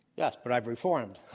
yes, but i've reformed.